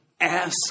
Ask